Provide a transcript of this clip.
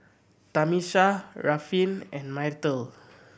Tamisha Ruffin and Myrtle